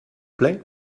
plait